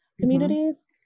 communities